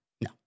No